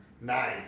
nine